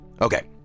Okay